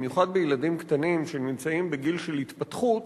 במיוחד בילדים קטנים שנמצאים בגיל של התפתחות.